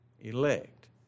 Elect